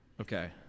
Okay